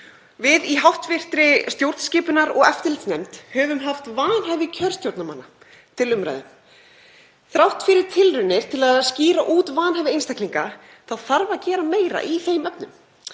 Við í hv. stjórnskipunar- og eftirlitsnefnd höfum haft vanhæfi kjörstjórnarmanns til umræðu. Þrátt fyrir tilraunir til að skýra út vanhæfi einstaklinga þá þarf að gera meira í þeim efnum.